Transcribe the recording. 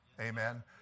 amen